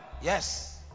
Yes